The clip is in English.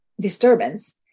disturbance